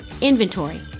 inventory